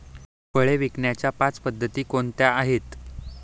फळे विकण्याच्या पाच पद्धती कोणत्या आहेत?